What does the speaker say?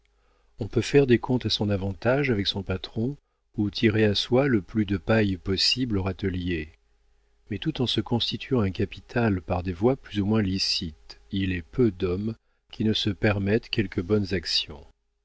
on peut faire des comptes à son avantage avec son patron ou tirer à soi le plus de paille possible au râtelier mais tout en se constituant un capital par des voies plus ou moins licites il est peu d'hommes qui ne se permettent quelques bonnes actions